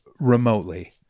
remotely